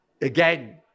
again